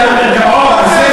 על העניינים המרכזיים בלב הסכסוך,